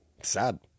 sad